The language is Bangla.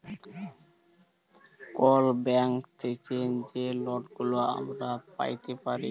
কল ব্যাংক থ্যাইকে যে লটগুলা আমরা প্যাইতে পারি